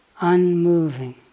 unmoving